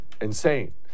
insane